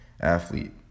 athlete